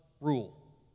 rule